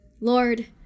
Lord